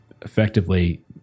effectively